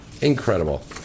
Incredible